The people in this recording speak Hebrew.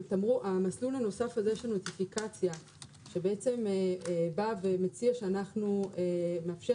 המסלול הנוסף הזה של הנוטיפיקציה שבעצם בא ומציע שאנחנו מאפשר